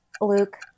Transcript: luke